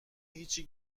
هیچی